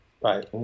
Right